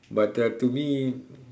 but uh to me